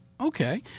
Okay